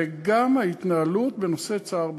גם ההתנהלות בנושא צער בעלי-חיים.